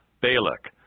Balak